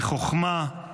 בחוכמה,